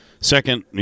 second